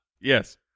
Yes